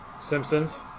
Simpsons